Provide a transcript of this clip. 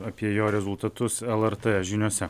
apie jo rezultatus lrt žiniose